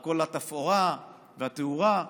וכל התפאורה והתאורה.